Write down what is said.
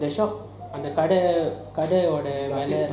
the shop அந்த காட காட ஓட:antha kaada kaada ooda